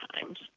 times